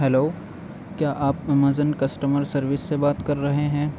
hello کیا آپ Amazon customer service سے بات کر رہے ہیں